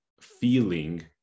feeling